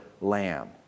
lamb